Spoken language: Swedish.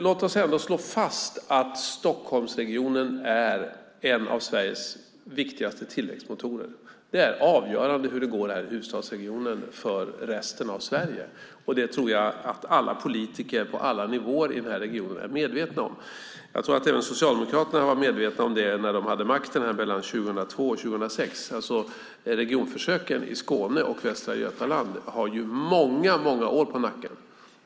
Låt oss ändå slå fast att Stockholmsregionen är en av Sveriges viktigaste tillväxtmotorer. Det är avgörande för resten av Sverige hur det går här i huvudstadsregionen. Det tror jag att alla politiker på alla nivåer i regionen är medvetna om. Jag tror att även Socialdemokraterna var medvetna om det när de hade makten mellan 2002 och 2006. Regionförsöken i Skåne och Västra Götaland har många, många år på nacken.